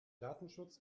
datenschutz